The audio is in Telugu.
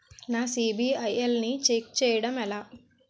నా సిబిఐఎల్ ని ఛెక్ చేయడం ఎలా?